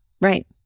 Right